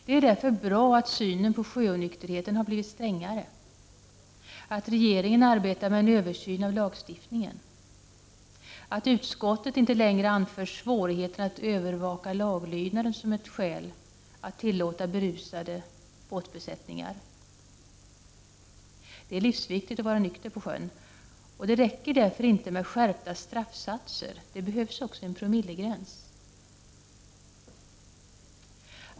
Det är därför bra att synen på sjöonykterheten har blivit strängare, att regeringen arbetar med en översyn av lagstiftningen och att utskottet inte längre anför svårigheten att övervaka laglydnaden som ett skäl att tillåta berusade båtbesättningar. Det är livsviktigt att vara nykter på sjön. Det räcker därför inte med skärpta straffsatser — det behövs också en promillegräns.